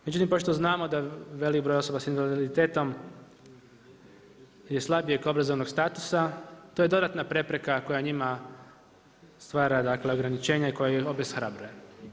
Međutim pošto znamo da veliki broj osoba sa invaliditetom je slabijeg obrazovnog statusa to je dodatna prepreka koja njima stvara dakle ograničenja i koja ih obeshrabljuje.